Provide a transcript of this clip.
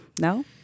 no